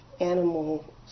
animal